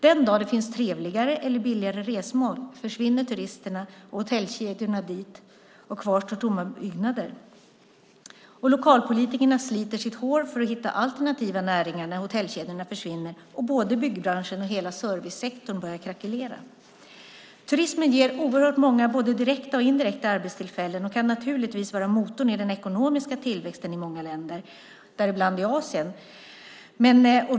Den dagen det finns trevligare eller billigare resmål försvinner turisterna och hotellkedjorna dit, och kvar står tomma byggnader. Lokalpolitikerna sliter sitt hår för att hitta alternativa näringar när hotellkedjorna försvinner och både byggbranschen och hela servicesektorn börjar krackelera. Turismen ger oerhört många både direkta och indirekta arbetstillfällen och kan naturligtvis vara motorn i den ekonomiska tillväxten i många länder, bland annat i Asien.